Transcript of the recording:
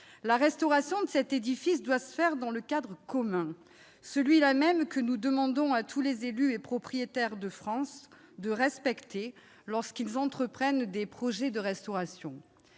La restauration de cet édifice doit se faire dans le cadre commun, celui-là même que nous demandons à tous les élus et à tous les propriétaires de France de respecter lorsqu'ils entreprennent des projets de restauration.